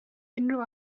unrhyw